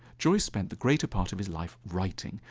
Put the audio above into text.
joy spent the greater part of his life writing.